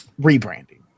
rebranding